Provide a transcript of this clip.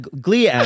Glee